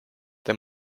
det